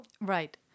right